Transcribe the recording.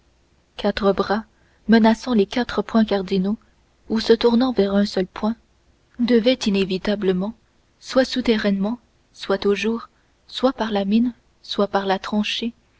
quatre bras menaçant les quatre points cardinaux ou se tournant vers un seul point devaient inévitablement soit souterrainement soit au jour soit par la mine soit par la tranchée